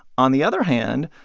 on the other hand,